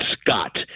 Scott